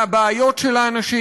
מהבעיות של האנשים,